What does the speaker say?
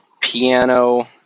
piano